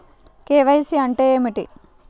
KYC అంటే ఏమిటి?